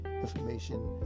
information